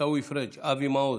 עיסאווי פריג'; אבי מעוז.